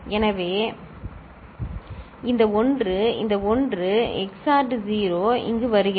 எனவே இந்த 1 இந்த 1 XORed 0 இங்கு வருகிறது